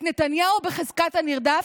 את נתניהו בחזקת הנרדף,